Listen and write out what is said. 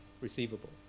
receivable